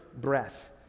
breath